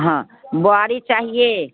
हाँ बोआरी चाहिए